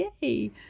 yay